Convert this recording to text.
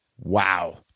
wow